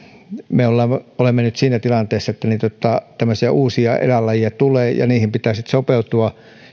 me olemme nyt siinä tilanteessa että tämmöisiä uusia eläinlajeja tulee ja niihin pitää sitten sopeutua